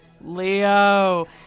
Leo